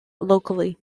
locally